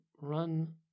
run